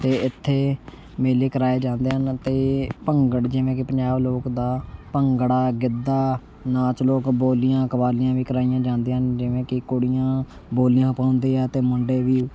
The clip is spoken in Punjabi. ਅਤੇ ਇੱਥੇ ਮੇਲੇ ਕਰਵਾਏ ਜਾਂਦੇ ਹਨ ਅਤੇ ਭੰਗੜਾ ਜਿਵੇਂ ਕਿ ਪੰਜਾਬ ਲੋਕ ਦਾ ਭੰਗੜਾ ਗਿੱਧਾ ਨਾਚ ਲੋਕ ਬੋਲੀਆਂ ਕਵਾਲੀਆਂ ਵੀ ਕਰਵਾਈਆਂ ਜਾਂਦੀਆਂ ਜਿਵੇਂ ਕਿ ਕੁੜੀਆਂ ਬੋਲੀਆਂ ਪਾਉਂਦੇ ਆ ਅਤੇ ਮੁੰਡੇ ਵੀ